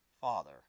Father